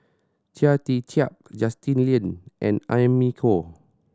Chia Tee Chiak Justin Lean and Amy Khor